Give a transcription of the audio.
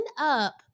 up